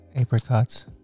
apricots